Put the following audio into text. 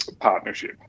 partnership